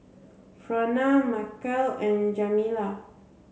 Frona Markel and Jamila